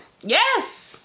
Yes